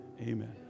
amen